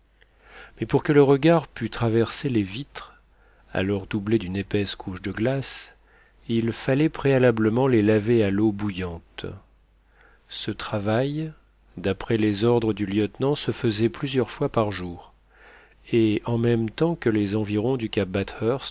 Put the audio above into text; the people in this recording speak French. mais pour que le regard pût traverser les vitres alors doublées d'une épaisse couche de glace il fallait préalablement les laver à l'eau bouillante ce travail d'après les ordres du lieutenant se faisait plusieurs fois par jour et en même temps que les environs du cap